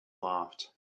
laughed